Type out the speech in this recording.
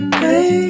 hey